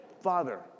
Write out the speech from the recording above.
Father